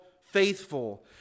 faithful